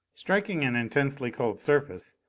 striking an intensely cold surface,